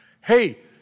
Hey